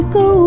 go